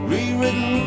Rewritten